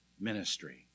ministry